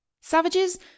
Savages